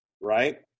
right